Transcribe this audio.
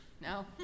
No